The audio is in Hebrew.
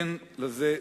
אין לזה תחליף.